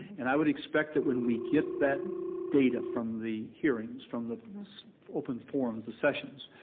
and i would expect that when we get that data from the hearings, from the open forums, the sessions,